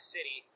City